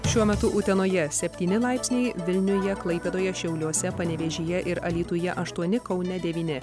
šiuo metu utenoje septyni laipsniai vilniuje klaipėdoje šiauliuose panevėžyje ir alytuje aštuoni kaune devyni